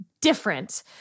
different